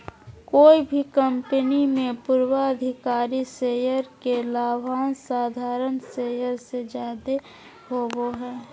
कोय भी कंपनी मे पूर्वाधिकारी शेयर के लाभांश साधारण शेयर से जादे होवो हय